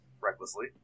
Recklessly